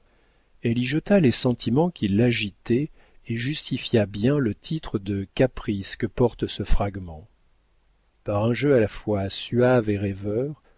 elle y jeta les sentiments qui l'agitaient et justifia bien le titre de caprice que porte ce fragment par un jeu à la fois suave et rêveur